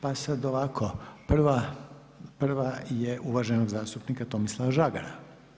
Pa sad ovako, prva je uvaženog zastupnika Tomislava Žagara.